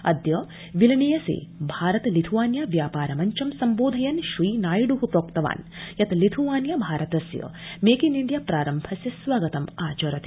अद्य विलनियसे भारत लिथ्आनिया व्यापार मंचं सम्बोधयन श्री नायड़ प्रोक्तवान यत लिथ्आनिया भारतस्य मेक इन इंडिया प्रारंभस्य स्वागतं आचरति